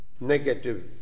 negative